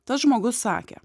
tas žmogus sakė